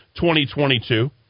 2022